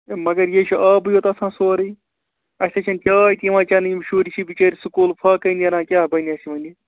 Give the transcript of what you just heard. ہے مگر یہِ ہے چھُ آبٕے یوت آسان سورُے اَسہِ ہَے چھَنہٕ چاے تہِ یِوان چٮ۪نہٕ یِم شُرۍ چھِ بِچٲرۍ سکوٗل فاقےَ نیران کیٛاہ بَنہِ اَسہِ ؤنہِ